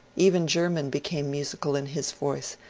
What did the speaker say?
even german became musical in his voice,